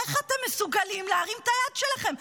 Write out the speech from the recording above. איך אתם מסוגלים להרים את היד שלכם?